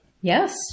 Yes